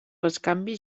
bescanvi